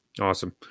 awesome